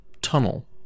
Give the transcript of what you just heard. tunnel